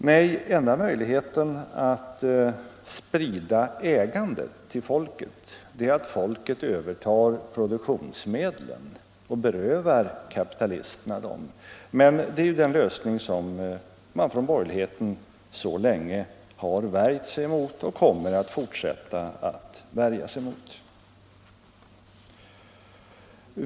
Nej, den enda möjligheten att sprida ägandet till folket är att folket: övertar produktionsmedlen och berövar kapitalisterna dem. Men det är ju den lösning som man inom borgerligheten så länge har värjt sig mot och kommer att fortsätta att värja sig mot.